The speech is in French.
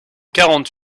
quarante